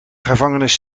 gevangenis